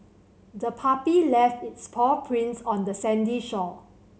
the puppy left its paw prints on the sandy shore